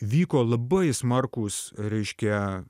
vyko labai smarkūs reiškia